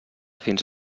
fins